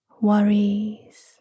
worries